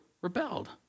rebelled